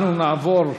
אנחנו נעבור להצבעה.